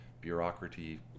bureaucracy